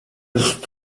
ist